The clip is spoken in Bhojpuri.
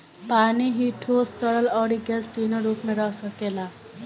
पानी ही ठोस, तरल, अउरी गैस तीनो रूप में रह सकेला